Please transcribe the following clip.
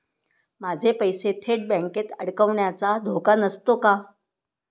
माझे पैसे थेट बँकेत अडकण्याचा धोका नसतो का?